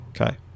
Okay